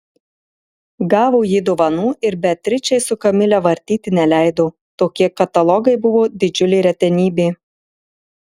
gavo jį dovanų ir beatričei su kamile vartyti neleido tokie katalogai buvo didžiulė retenybė